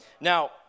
Now